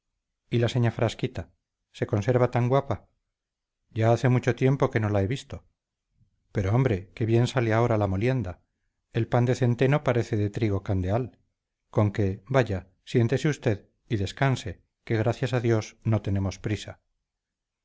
y la señá frasquita se conserva tan guapa ya hace mucho tiempo que no la he visto pero hombre qué bien sale ahora la molienda el pan de centeno parece de trigo candeal conque vaya siéntese usted y descanse que gracias a dios no tenemos prisa